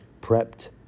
prepped